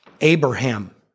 Abraham